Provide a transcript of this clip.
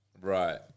right